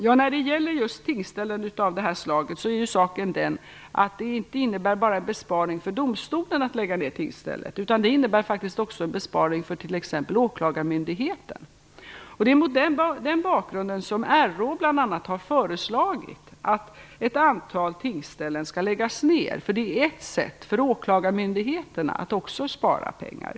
Nedläggning av just tingsställen av detta slag innebär inte bara en besparing för domstolen, utan det innebär faktiskt också en besparing för t.ex. åklagarmyndigheten. Det är mot den bakgrunden som RÅ bl.a. har föreslagit att ett antal tingsställen skall läggas ned, eftersom det också är ett sätt för åklagarmyndigheten att spara pengar.